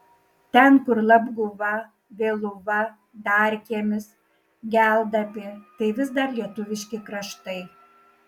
ten kur labguva vėluva darkiemis geldapė tai vis yra lietuviški kraštai